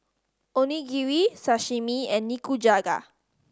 Onigiri Sashimi and Nikujaga